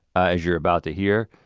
as you're about to hear,